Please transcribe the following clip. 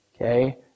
Okay